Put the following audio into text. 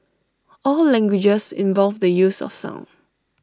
all languages involve the use of sound